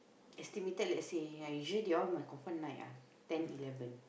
estimated let's say yeah usually they all must confirm night ah ten eleven